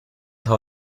how